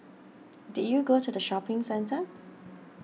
did you go to the shopping centre